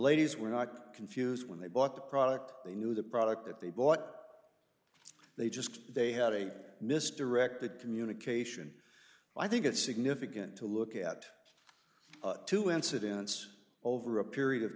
ladies were not confused when they bought the product they knew the product that they bought they just they had a mis directed communication i think it's significant to look at two incidents over a period of